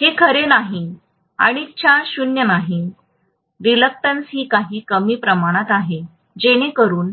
हे खरे नाही अनिच्छा 0 नाही अनिच्छा ही काही कमी प्रमाणात आहे जेणेकरून